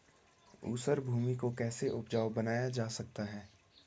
ऊसर भूमि को कैसे उपजाऊ बनाया जा सकता है?